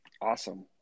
Awesome